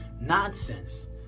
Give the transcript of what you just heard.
nonsense